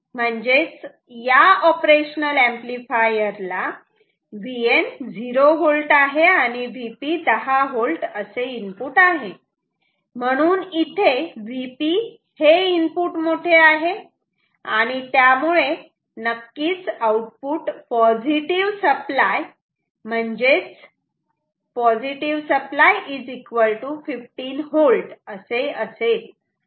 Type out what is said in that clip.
म्हणजेच या operational amplifier ला Vn 0V आणि Vp 10V असे इनपुट आहे आणि म्हणून इथे Vp हे इनपुट मोठे आहे आणि त्यामुळे नक्कीच आउटपुट पॉझिटिव्ह सप्लाय म्हणजे Vसप्लाय 15V असे असेल